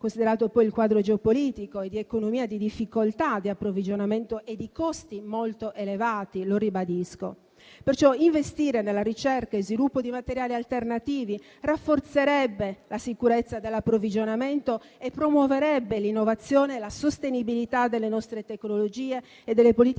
considerati il quadro geopolitico ed economico, le difficoltà di approvvigionamento e i costi molto elevati. Perciò, investire nella ricerca e nello sviluppo di materiali alternativi rafforzerebbe la sicurezza dell'approvvigionamento e promuoverebbe l'innovazione e la sostenibilità delle nostre tecnologie e delle politiche